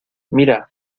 mira